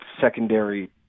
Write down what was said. secondary